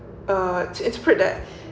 uh it's proof that